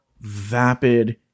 vapid